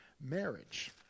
marriage